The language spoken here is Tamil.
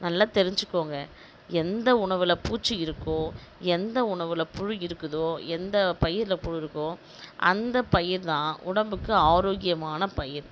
நல்லா தெரிஞ்சிக்கோங்க எந்த உணவுல பூச்சி இருக்கோ எந்த உணவுல புழு இருக்குதோ எந்த பயிர்ல புழு இருக்கோ அந்த பயிர்தான் உடம்புக்கு ஆரோக்கியமான பயிர்